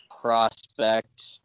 prospect